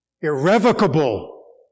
Irrevocable